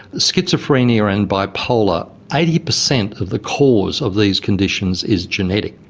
schizophrenia and bipolar, eighty percent of the cause of these conditions is genetic.